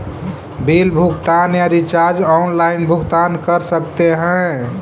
Bill भुगतान या recharge online भुगतान कर सकते हैं?